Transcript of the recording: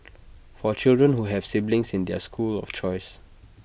for children who have siblings in their school of choice